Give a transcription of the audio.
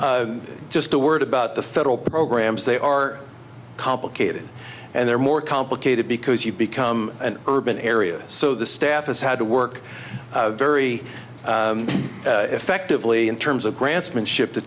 just a word about the federal programs they are complicated and they're more complicated because you've become an urban area so the staff has had to work very effectively in terms of grants been ship